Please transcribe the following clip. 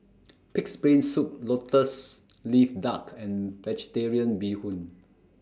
Pig'S Brain Soup Lotus Leaf Duck and Vegetarian Bee Hoon